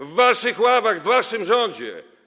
W waszych ławach, w waszym rządzie.